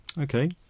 Okay